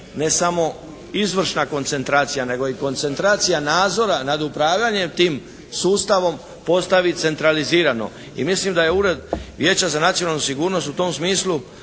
ne sam izvršna koncentracija, nego i koncentracija nadzora nad upravljanjem tim sustavom postavi centralizirano. I mislim da je Ured Vijeća za nacionalnu sigurnost u tom smislu